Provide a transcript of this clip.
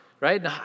right